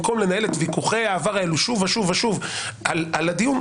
במקום לנהל את ויכוחי העבר האלו שוב ושוב על הדיון,